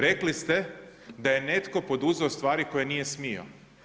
Rekli ste da je netko poduzeo stvari koje nije smio.